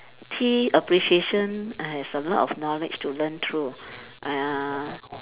tea appreciation has a lot of knowledge to learn through uh